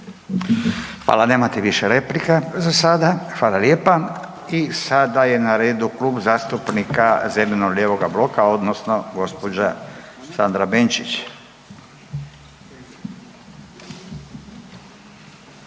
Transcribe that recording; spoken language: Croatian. Hvala. Nemate više replika za sada. Hvala lijepa. I sada je na redu Klub zastupnika zeleno-lijevog bloka odnosno gospođa Sandra Benčić. Izvolite.